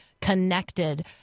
connected